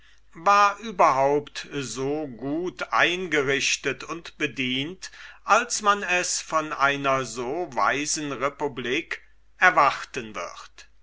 war überhaupt so gut eingerichtet und bedient als man es von einer so weisen republik erwarten wird